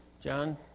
John